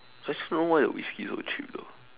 I just don't know why the whisky so cheap though